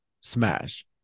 smash